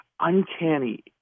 uncanny